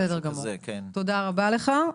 בסדר גמור, תודה רבה לך.